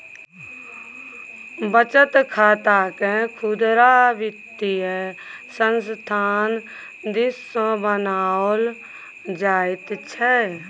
बचत खातकेँ खुदरा वित्तीय संस्थान दिससँ बनाओल जाइत छै